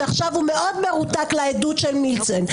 שעכשיו הוא מאוד מרותק לעדות של מילצ'ן,